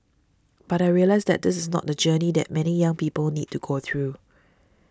but I realised that this is not the journey that many young people need to go through